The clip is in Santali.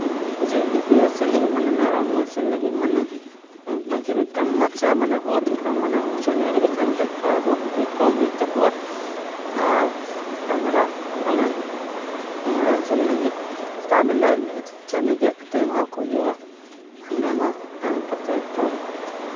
ᱡᱤᱭᱟᱹᱞᱤ ᱠᱚ ᱟᱹᱥᱩᱞ ᱞᱟᱹᱜᱤᱫ ᱢᱮᱨᱚᱢ ᱟᱹᱥᱩᱞ ᱞᱟᱹᱜᱤᱫ ᱢᱟᱱᱮ ᱵᱷᱟᱹᱜᱤ ᱢᱤᱫᱴᱟᱝ ᱢᱟᱪᱟ ᱢᱟᱱᱮ ᱚᱛ ᱠᱷᱚᱱ ᱢᱟᱱᱮ ᱩᱥᱩᱞ ᱧᱚᱜ ᱨᱮᱠᱚ ᱛᱟᱦᱮᱱ ᱠᱷᱟᱡ ᱛᱷᱚᱲᱟ ᱨᱳᱜᱽ ᱠᱩᱡ ᱠᱚᱢ ᱦᱩᱭᱩᱜ ᱛᱟᱠᱚᱣᱟ ᱟᱨ ᱰᱟᱝᱨᱟ ᱢᱟᱱᱮ ᱰᱟᱝᱨᱟ ᱟᱹᱥᱩᱞ ᱞᱟᱹᱜᱤᱫ ᱥᱮᱛᱟᱜ ᱵᱮᱞᱟ ᱨᱮᱜᱮ ᱪᱷᱟᱹᱱᱤ ᱜᱮᱫᱽ ᱠᱟᱛᱮᱜ ᱮᱢᱟᱣ ᱠᱚ ᱦᱩᱭᱩᱜᱼᱟ ᱦᱟᱱᱮ ᱢᱟ ᱮᱢ ᱠᱟᱛᱮ ᱛᱚ